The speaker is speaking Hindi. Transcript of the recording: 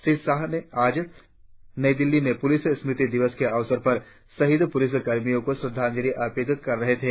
श्री शाह आज नई दिल्ली में पुलिस स्मृति दिवस के अवसर पर शहीद पुलिस कर्मियों को श्रद्धांजलि अर्पित कर रहे है थे